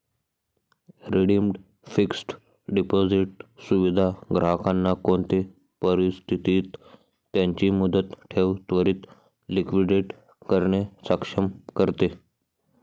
redeemed fixed deposit सुविधा ग्राहकांना कोणते परिस्थितीत त्यांची मुदत ठेव त्वरीत लिक्विडेट करणे सक्षम करते